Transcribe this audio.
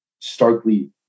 starkly